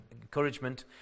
encouragement